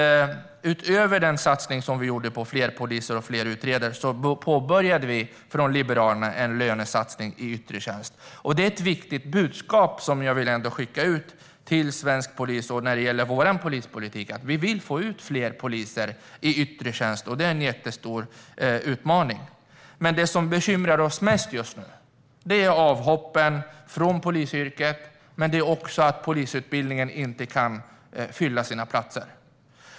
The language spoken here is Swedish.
Utöver den satsning som vi gjorde på fler poliser och fler utredare påbörjade vi från Liberalerna en satsning på lönerna för poliser i yttre tjänst. Det är ett viktigt budskap som jag vill skicka ut till svensk polis att när det gäller vår polispolitik vill vi få ut fler poliser i yttre tjänst. Det är en jättestor utmaning. Det som bekymrar oss mest just nu är avhoppen från polisyrket och att polisutbildningen inte kan fylla sina platser.